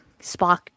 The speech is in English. spock